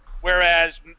whereas